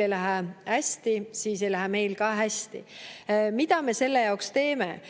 ei lähe hästi, siis ei lähe meil ka hästi. Mida me selle jaoks teeme?